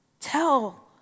Tell